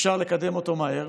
אפשר לקדם אותו מהר,